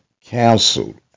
canceled